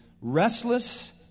restless